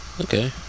Okay